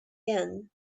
yen